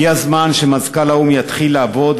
הגיע הזמן שמזכ"ל האו"ם יתחיל לעבוד